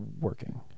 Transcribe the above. working